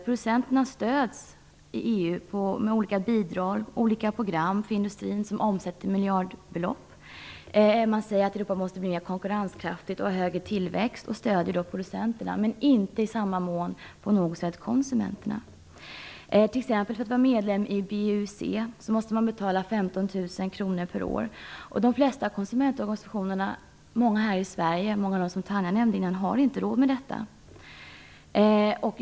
Producenterna stöds i EU med olika bidrag och program för industrin som omsätter miljardbelopp. Man säger att Europa måste bli mer konkurrenskraftigt och få högre tillväxt och stöder därför producenterna, men inte i samma mån konsumenterna. För att vara medlem i BEUC måste man betala 15 000 kr per år. De flesta av konsumentorganisationerna i Sverige har inte råd med detta.